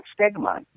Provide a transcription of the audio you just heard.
stigma